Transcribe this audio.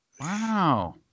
Wow